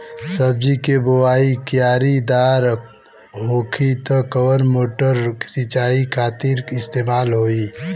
सब्जी के बोवाई क्यारी दार होखि त कवन मोटर सिंचाई खातिर इस्तेमाल होई?